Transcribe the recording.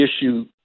issue